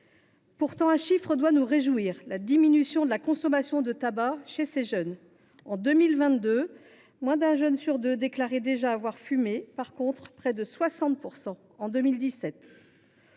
Cependant, un chiffre doit nous réjouir : la diminution de la consommation de tabac chez ces derniers. En effet, en 2022, moins d’un jeune sur deux déclarait avoir déjà fumé, contre près de 60 % en 2017.